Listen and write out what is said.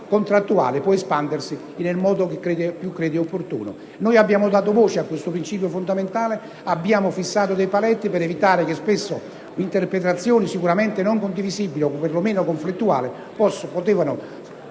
contrattuale può espandersi nel modo che più si crede opportuno. Abbiamo dato voce a questo principio fondamentale, e abbiamo fissato alcuni paletti, per evitare che interpretazioni, sicuramente non condivisibili o per lo meno conflittuali, potessero